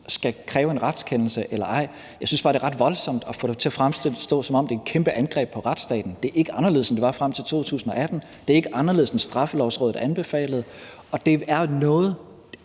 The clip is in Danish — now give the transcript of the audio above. skal kræve en retskendelse eller ej. Jeg synes bare, det er ret voldsomt at få det til at fremstå, som om det er et kæmpe angreb på retsstaten. Det er ikke anderledes, end det var frem til 2018. Det er ikke anderledes, end Straffelovrådet anbefalede, og det er ikke